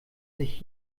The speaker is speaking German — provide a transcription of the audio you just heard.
sich